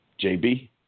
JB